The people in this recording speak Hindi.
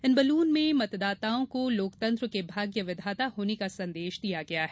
इन बैलून में मतदाताओं को लोकतंत्र के भाग्य विधाता होने का संदेश दिया गया है